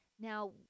Now